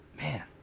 man